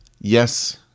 yes